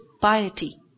piety